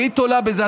והיא תולה בזה.